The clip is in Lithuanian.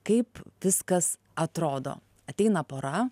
kaip viskas atrodo ateina pora